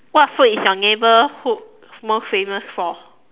what food is your neighborhood most famous for